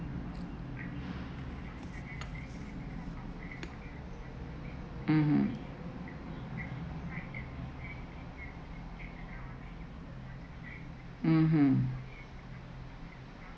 mmhmm mmhmm